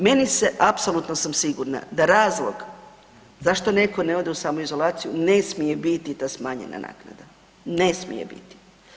Meni se, apsolutno sam sigurna da razlog zašto netko ne ode u samoizolaciju ne smije biti ta smanjena naknada, ne smije biti.